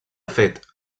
fet